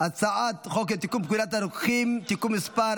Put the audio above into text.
הצעת חוק לתיקון פקודת הרוקחים (תיקון מס'